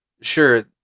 sure